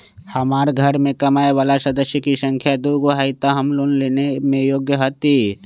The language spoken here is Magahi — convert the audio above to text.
हमार घर मैं कमाए वाला सदस्य की संख्या दुगो हाई त हम लोन लेने में योग्य हती?